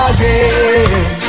Again